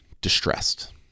distressed